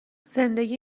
زندگی